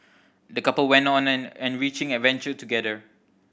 the couple went on an enriching adventure together